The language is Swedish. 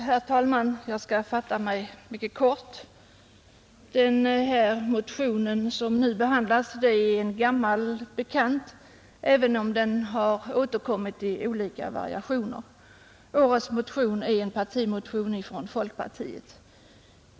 Herr talman! Jag skall fatta mig mycket kort. Den motion som nu behandlas är en gammal bekant även om den har återkommit i olika variationer. Årets motion är en partimotion från folkpartiet.